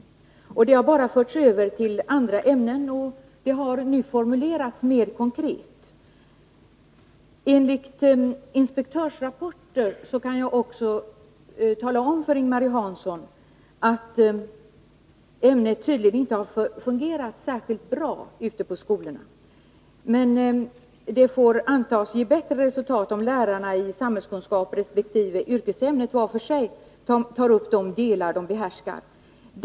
Ämnesinnehållet har bara förts över till andra ämnen, och det har nu formulerats mer konkret. Jag kan också tala om för Ing-Marie Hansson att ämnet, att döma av inspektörsrapporter, tydligen inte har fungerat särskilt bra ute på skolorna. Det får dock antas ge bättre resultat, om lärarna i samhällskunskap resp. yrkesämnen var för sig tar upp de delar som de behärskar.